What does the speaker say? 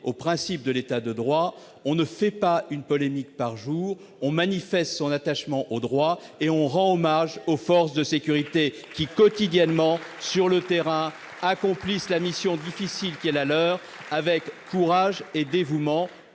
au principe de l'État de droit, on ne fait pas une polémique par jour ; on manifeste son attachement au droit et on rend hommage aux forces de sécurité qui, quotidiennement, sur le terrain, accomplissent la mission difficile qui est la leur avec courage et dévouement,